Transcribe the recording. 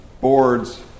boards